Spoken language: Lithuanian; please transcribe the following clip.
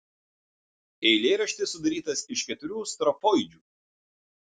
eilėraštis sudarytas iš keturių strofoidžių